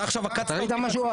אתה עכשיו עקצת אותי.